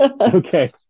okay